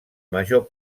major